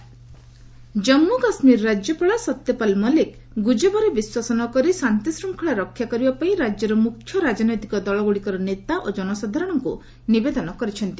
JK governor Jammu Kashmir ରାଜ୍ୟପାଳ ସତ୍ୟପାଲ ମଲ୍ଲିକ ଗୁଜବରେ ବିଶ୍ୱାସ ନ କରି ଶାନ୍ତିଶୃଙ୍ଗଳା ରକ୍ଷା କରିବା ପାଇଁ ରାଜ୍ୟର ମୁଖ୍ୟ ରାଜନୈତିକ ଦଳଗୁଡ଼ିକର ନେତା ଓ ଜନସାଧାରଣଙ୍କୁ ନିବେଦନ କରିଛନ୍ତି